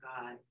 God